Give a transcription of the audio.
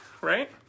right